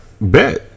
bet